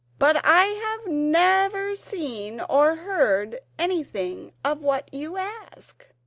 but i have never seen or heard anything of what you ask.